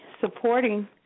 supporting